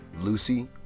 Lucy